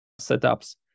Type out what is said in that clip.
setups